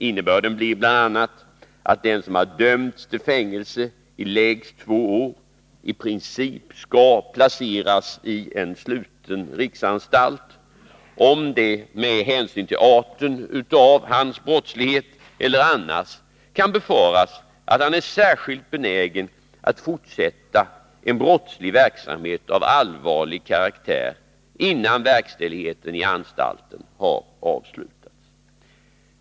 Innebörden blir bl.a. att den som har dömts till fängelse i lägst två år i princip skall placeras i en sluten riksanstalt, om det med hänsyn till arten av hans brottslighet eller annars kan befaras att han är särskilt benägen att fortsätta en brottslig verksamhet av allvarlig karaktär, innan verkställigheten i anstalten har avslutats.